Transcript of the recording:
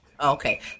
Okay